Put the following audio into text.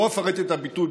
לא אפרט את הביטוי,